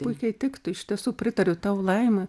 irgi galėtų būti puikiai tiktų iš tiesų pritariu tau laima